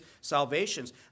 salvations